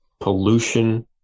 pollution